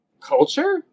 culture